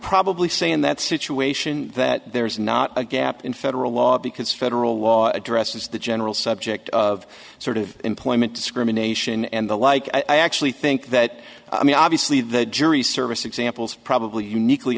probably say in that situation that there is not a gap in federal law because federal law addresses the general subject of sort of employment discrimination and the like i actually think that i mean obviously the jury service examples probably uniquely